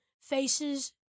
faces